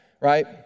right